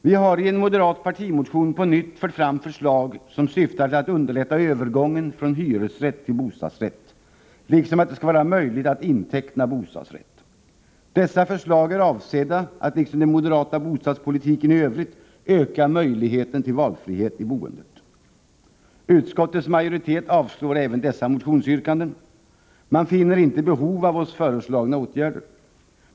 Vi har i en moderat partimotion på nytt fört fram förslag som syftar till att underlätta övergången från hyresrätt till bostadsrätt, liksom till att det skall vara möjligt att inteckna bostadsrätt. Dessa förslag är avsedda att — i likhet med den moderata bostadspolitiken i övrigt — öka möjligheterna till valfrihet i boendet. Utskottets majoritet avstyrker även dessa motionsyrkanden. Man finner inte behov av de av oss föreslagna åtgärderna.